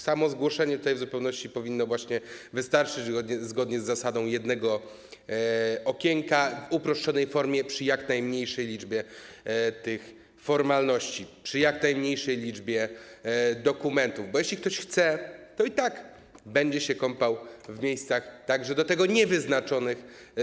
Samo zgłoszenie tego w zupełności powinno wystarczyć, zgodnie z zasadą jednego okienka, w uproszczonej formie, przy jak najmniejszej liczbie formalności, przy jak najmniejszej liczbie dokumentów, bo jeśli ktoś chce, to i tak będzie się kąpał także w miejscach do tego niewyznaczonych.